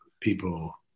people